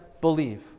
believe